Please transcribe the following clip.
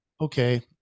okay